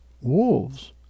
wolves